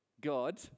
God